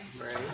Right